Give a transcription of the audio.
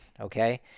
Okay